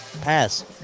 pass